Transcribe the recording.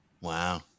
Wow